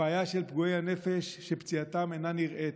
הבעיה של פגועי הנפש היא שפציעתם אינה נראית,